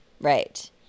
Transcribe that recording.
Right